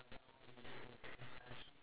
iya true